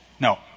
No